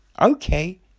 Okay